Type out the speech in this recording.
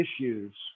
issues